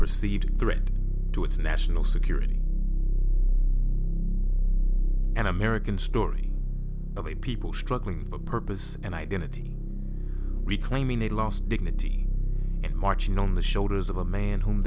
perceived threat to its national security and american story of a people struggling for a purpose and identity reclaiming the last dignity and marching on the shoulders of a man whom